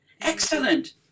excellent